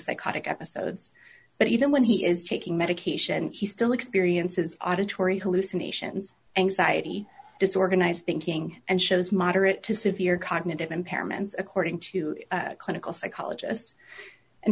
psychotic episodes but even when he is taking medication he still experiences auditory hallucinations anxiety disorganized thinking and shows moderate to severe cognitive impairments according to a clinical psychologist and